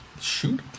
shoot